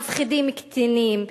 מפחידים קטינים,